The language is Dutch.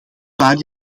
paar